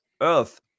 Earth